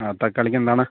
ആ തക്കാളിക്കെന്താണ്